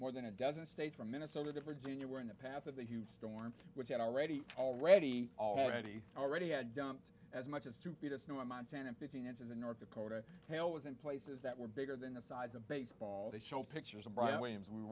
more than a dozen states from minnesota virginia were in the path of the huge storm which had already already already already had dumped as much as two feet of snow in montana fifteen inches in north dakota hail was in places that were bigger than the size of baseballs show pictures of